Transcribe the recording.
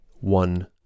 one